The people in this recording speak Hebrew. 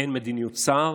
אין מדיניות שר